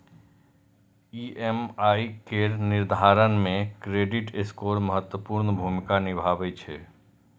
EMI केर निर्धारण मे क्रेडिट स्कोर महत्वपूर्ण भूमिका निभाबै छै